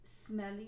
smelly